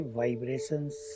vibrations